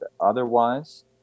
otherwise